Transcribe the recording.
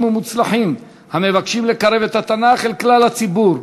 ומוצלחים המבקשים לקרב את התנ"ך אל כלל הציבור,